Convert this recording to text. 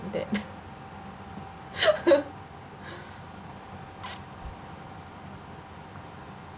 that